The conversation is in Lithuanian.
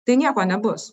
tai nieko nebus